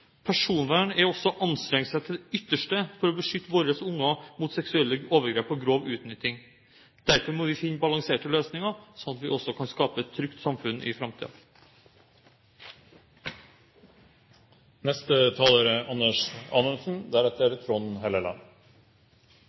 Personvern er også å anstrenge seg til det ytterste for å beskytte våre barn mot seksuelle overgrep og grov utnytting. Derfor må vi finne balanserte løsninger, sånn at vi også kan skape et trygt samfunn i framtiden. I dag har vi hørt mange innlede med hva de oppfatter at datalagringsdirektivet egentlig er,